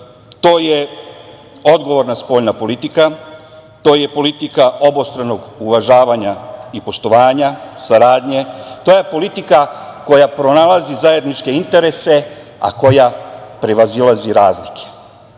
to je odgovorna spoljna politika, to je politika obostranog uvažavanja i poštovanja, saradnje, to je politika koja pronalazi zajedničke interese, a koja prevazilazi razlike. Mi